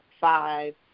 five